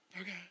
Okay